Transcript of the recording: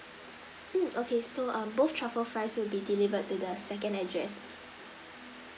mm okay so err both truffle fries will be delivered to the second address